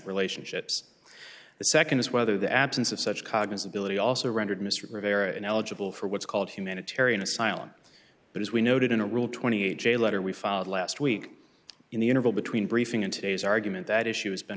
relationships the nd is whether the absence of such cognise ability also rendered mr rivera ineligible for what's called humanitarian asylum but as we noted in a rule twenty eight j letter we filed last week in the interval between briefing and today's argument that issue has been